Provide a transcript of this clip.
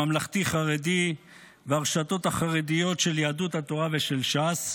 הממלכתי-חרדי והרשתות החרדיות של יהדות התורה ושל ש"ס.